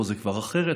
ופה זה כבר אחרת,